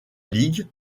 ligue